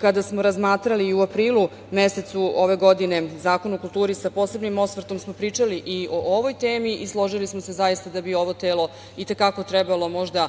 kada smo razmatrali i u aprilu mesecu ove godine Zakon o kulturi, sa posebnim osvrtom smo pričali i ovoj temi i složili smo se zaista da bi ovo telo i te kako trebalo možda